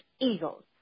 eagles